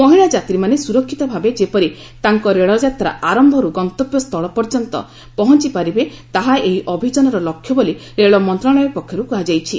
ମହିଳା ଯାତ୍ରୀମାନେ ସୁରକ୍ଷିତ ଭାବେ ଯେପରି ତାଙ୍କର ରେଳଯାତ୍ରା ଆରମ୍ଭରୁ ଗନ୍ତବ୍ୟସ୍କୁଳ ପର୍ଯ୍ୟନ୍ତ ପହଞ୍ଚପାରିବେ ତାହା ଏହି ଅଭିଯାନର ଲକ୍ଷ୍ୟ ବୋଲି ରେଳ ମନ୍ତ୍ରଣାଳୟ ପକ୍ଷରୁ କୁହାଯାଇଛି